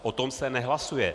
O tom se nehlasuje.